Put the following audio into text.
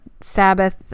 Sabbath